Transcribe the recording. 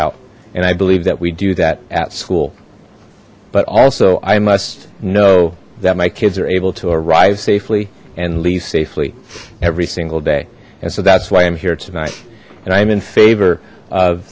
out and i believe that we do that at school but also i must know that my kids are able to arrive safely and leave safely every single day and so that's why i'm here tonight and i am in favor of